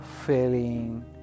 feeling